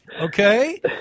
Okay